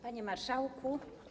Panie Marszałku!